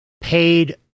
paid